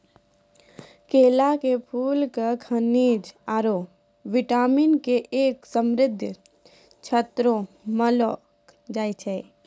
केला के फूल क खनिज आरो विटामिन के एक समृद्ध श्रोत मानलो जाय छै